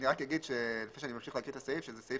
אני רק אגיד שזה סעיף